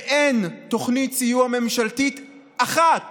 ואין תוכנית סיוע ממשלתית אחת